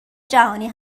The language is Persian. جهانی